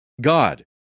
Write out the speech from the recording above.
god